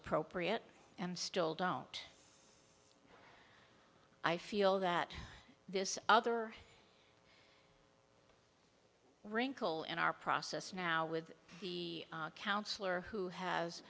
appropriate and still don't i feel that this other wrinkle in our process now with the counsellor who has